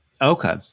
Okay